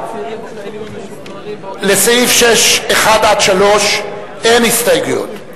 לסעיף 6(1) עד (3) אין הסתייגויות.